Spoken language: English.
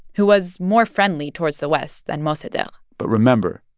who was more friendly towards the west than mossadegh but remember,